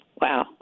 Wow